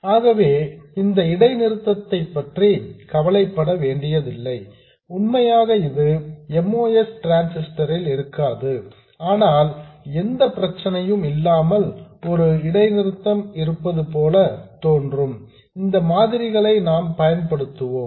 ஆகவே இந்த இடை நிறுத்தத்தை பற்றி கவலைப்பட வேண்டியதில்லை உண்மையாக இது MOS டிரான்ஸிஸ்டர் ல் இருக்காது ஆனால் எந்த பிரச்சினையும் இல்லாமல் ஒரு இடைநிறுத்தம் இருப்பது போல தோன்றும் இந்த மாதிரிகளை நாம் பயன்படுத்துவோம்